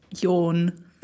Yawn